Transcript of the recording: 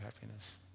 happiness